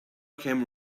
came